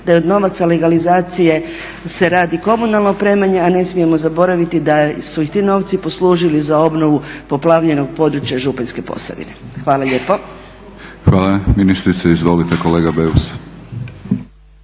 da je od novaca legalizacije se radi komunalno opremanje a ne smijemo zaboraviti da su i ti novci poslužili za obnovu poplavljenog područja Županjske Posavine. Hvala lijepo. **Batinić, Milorad (HNS)** Hvala ministrice. Izvolite kolega Beus.